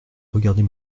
regardez